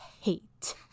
hate